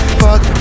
fuck